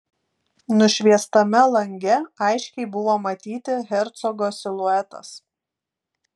nušviestame lange aiškiai buvo matyti hercogo siluetas